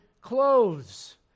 clothes